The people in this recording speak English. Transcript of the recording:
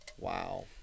wow